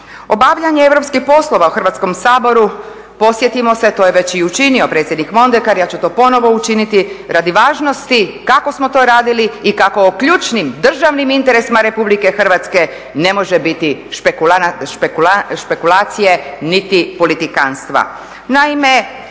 Obavljanje europskih poslova u Hrvatskom saboru, podsjetimo se to je već i učinio predsjednik Mondekar, ja ću to ponovno učiniti radi važnosti kako smo to radili i kako o ključnim, državnim interesima Republike Hrvatske ne može biti špekulacije niti politikantstva.